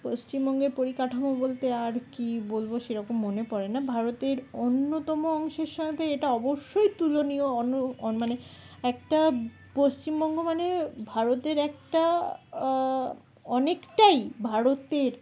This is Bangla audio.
পশ্চিমবঙ্গের পরিকাঠামো বলতে আর কী বলব সেরকম মনে পড়ে না ভারতের অন্যতম অংশের সাথে এটা অবশ্যই তুলনীয় অন মানে একটা পশ্চিমবঙ্গ মানে ভারতের একটা অনেকটাই ভারতের